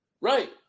Right